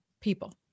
People